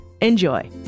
Enjoy